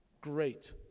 Great